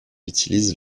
utilise